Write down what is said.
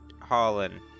Holland